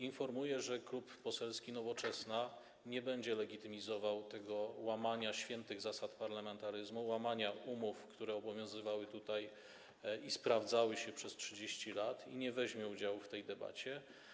Informuję, że Klub Poselski Nowoczesna nie będzie legitymizował tego łamania świętych zasad parlamentaryzmu, łamania umów, które obowiązywały tutaj i sprawdzały się przez 30 lat, i nie weźmie udziału w tej debacie.